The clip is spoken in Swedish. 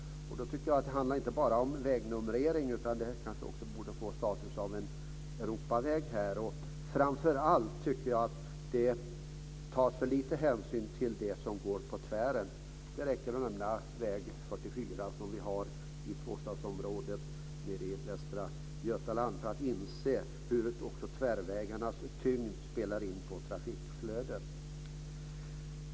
Det handlar inte bara om vägnumrering. Den borde också få status av en Europaväg. Framför allt tas det för liten hänsyn till det som går på tvären. Det räcker att nämna väg 44 i Tvåstadsområdet nere i Västra Götaland för att inse hur även tvärvägarnas tyngd spelar in när det gäller trafikflödet.